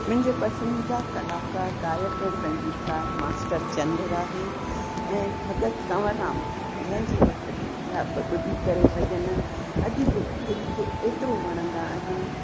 मुंहिंजे पसंदीदा कलाकार गायक ऐं संगीतकार मास्टर चंदर आहे ऐं भॻत कंवरराम जंहिंजी भॻत ॿुधी करे भॼन अॼु बि दिलि खे हेतिरो वणंदा आहिनि